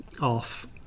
off